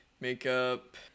makeup